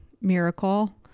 miracle